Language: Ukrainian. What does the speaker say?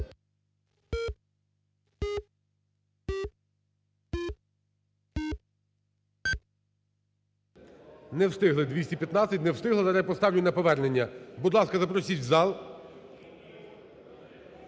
Не встигли – 215. Не встигли, але зараз поставлю на повернення. Будь ласка, запросіть в зал.